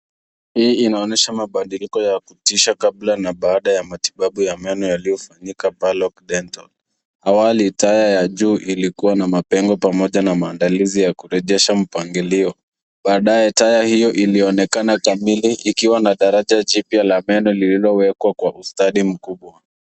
Hii inaonyesha mabadiliko ya kutisha, kabla na baada ya matibabu ya meno yaliyofanyika Parlock Dental. Awali taya ya juu ilikuwa na mapengo pamoja na maandalizi ya kurejesha mpangilio. Baadaye, taya hiyo ilionekana kamili ikiwa na daraja jipya la meno lililowekwa kwa ustadi mkubwa.